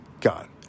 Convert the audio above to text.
God